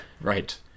Right